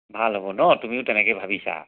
ভাল হ'ব ন তুমিও তেনেকৈ ভাবিছা